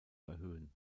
erhöhen